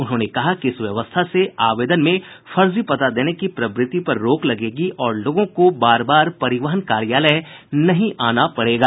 उन्होंने कहा कि इस व्यवस्था से आवेदन में फर्जी पता देने की प्रवृति पर रोक लगेगी और लोगों को बार बार परिवहन कार्यालय नहीं आना पड़ेगा